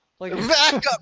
Backup